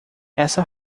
essa